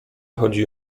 chodzi